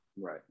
right